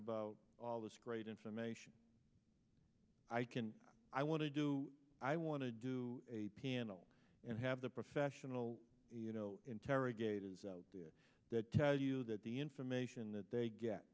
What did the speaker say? about all this great information i can i want to do i want to do a piano and have the professional you know interrogators out there that tell you that the information that they get